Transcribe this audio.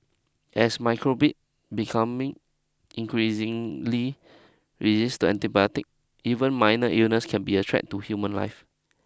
as micro becoming increasingly resist to antibiotics even minor illness can be a threat to human life